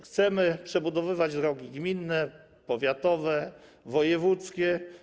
Chcemy przebudowywać drogi gminne, powiatowe i wojewódzkie.